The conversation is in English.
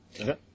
Okay